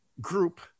group